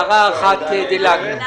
על הערה אחת דילגנו.